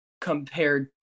compared